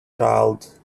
child